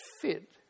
fit